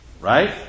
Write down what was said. Right